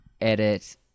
edit